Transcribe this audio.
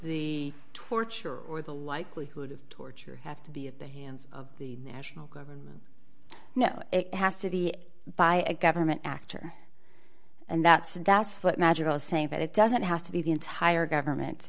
the torture or the likelihood of torture have to be in the hands of the national government no it has to be by a government actor and that's and that's what magical is saying that it doesn't have to be the entire government